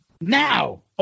Now